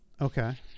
Okay